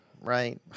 Right